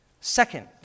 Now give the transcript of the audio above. Second